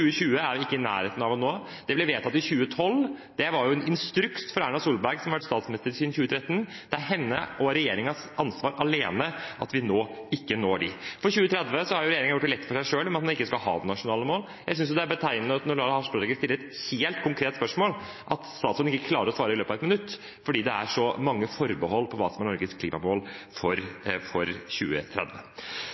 er vi ikke i nærheten av å nå. De ble vedtatt i 2012. Det var en instruks til Erna Solberg, som har vært statsminister siden 2013. Det er henne og regjeringens ansvar alene at vi nå ikke når dem. For 2030 har regjeringen gjort det lett for seg selv ved at man ikke skal ha nasjonale mål. Jeg synes det er betegnende at når Lars Haltbrekken stiller et helt konkret spørsmål, klarer ikke statsråden å svare i løpet av ett minutt fordi det er så mange forbehold om hva som er Norges klimamål for 2030.